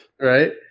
right